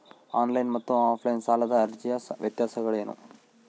On line ಮತ್ತು offline ಸಾಲದ ಅರ್ಜಿಯ ವ್ಯತ್ಯಾಸಗಳೇನು?